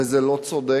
וזה לא צודק,